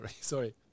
Sorry